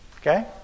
Okay